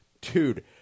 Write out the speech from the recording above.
Dude